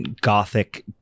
gothic